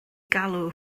galw